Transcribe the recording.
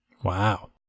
Wow